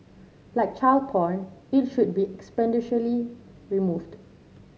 like child porn it should be expeditiously removed